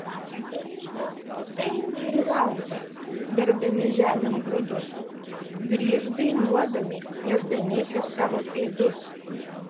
eina eina ir rauda berdami žemėn grūdus grįš dainuodami nešdamiesi savo pėdus